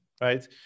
right